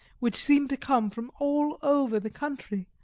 which seemed to come from all over the country,